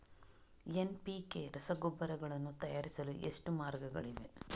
NPK ರಸಗೊಬ್ಬರಗಳನ್ನು ತಯಾರಿಸಲು ಎಷ್ಟು ಮಾರ್ಗಗಳಿವೆ?